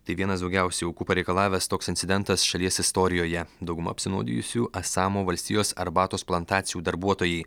tai vienas daugiausiai aukų pareikalavęs toks incidentas šalies istorijoje dauguma apsinuodijusių asamo valstijos arbatos plantacijų darbuotojai